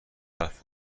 حرف